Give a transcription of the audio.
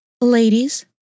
Ladies